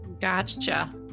Gotcha